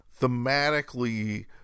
thematically